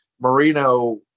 Marino